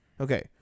Okay